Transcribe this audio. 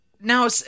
Now